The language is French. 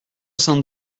cent